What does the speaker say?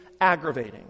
aggravating